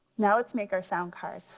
now let's make our sound card.